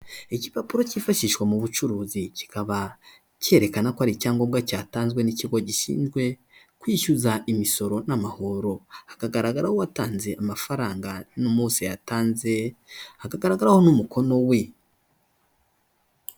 Igipapuro cyifashishwa mu bucuruzi kikaba cyerekana ko ari icyangombwa cyatanzwe n'ikigo gishinzwe kwishyuza imisoro n'amahoro, hakagaragaraho uwatanze amafaranga n'umunsi yayatanze hakagaragaraho n'umukono we.